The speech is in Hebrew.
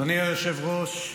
אדוני היושב-ראש,